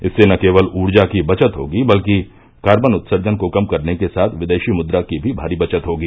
इससे न केवल ऊर्जा की बचत होगी बल्कि कार्बन उत्सर्जन को कम करने के साथ विदेश मुद्रा की भी भारी बचत होगी